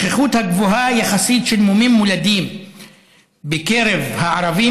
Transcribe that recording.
השכיחות הגבוהה יחסית של מומים מולדים בקרב הערבים